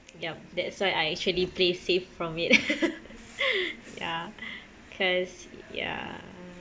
yup that's why I actually play safe from it ya cause ya